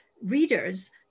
readers